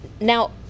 Now